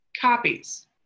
copies